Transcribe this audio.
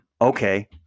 Okay